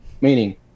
meaning